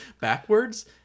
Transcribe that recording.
Backwards